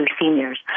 seniors